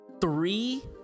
Three